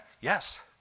Yes